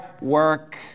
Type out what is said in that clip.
work